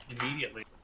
immediately